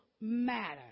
matter